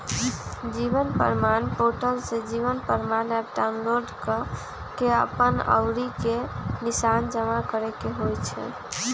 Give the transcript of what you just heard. जीवन प्रमाण पोर्टल से जीवन प्रमाण एप डाउनलोड कऽ के अप्पन अँउरी के निशान जमा करेके होइ छइ